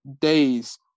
days